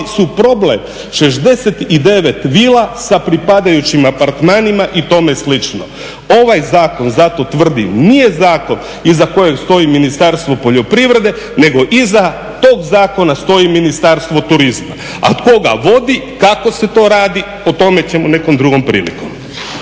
su problem 69 vila sa pripadajućim apartmanima i tome slično. Ovaj zakon zato tvrdim nije zakon iza kojeg stoji Ministarstvo poljoprivrede nego iza tog zakona stoji Ministarstvo turizma. A tko ga vodi, kako se to radi o tome ćemo nekom drugom prilikom.